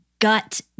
gut